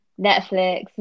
Netflix